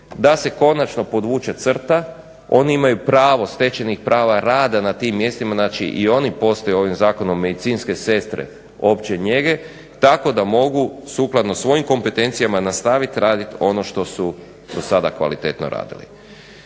da se konačno podvuče crta. Oni imaju pravo stečenih prava rada na tim mjestima. Znači, i oni postaju ovim zakonom medicinske sestre opće njege tako da mogu sukladno svojim kompetencijama nastaviti raditi ono što su dosada kvalitetno radili.